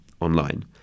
online